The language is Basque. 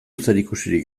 zerikusirik